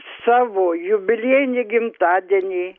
savo jubiliejinį gimtadienį